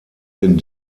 den